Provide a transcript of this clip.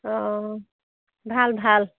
অ' ভাল ভাল